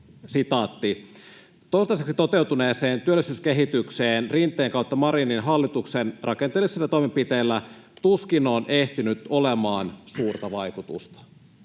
todennut: ”Toistaiseksi toteutuneeseen työllisyyskehitykseen Rinteen/Marinin hallituksen rakenteellisilla toimenpiteillä tuskin on ehtinyt olemaan suurta vaikutusta.”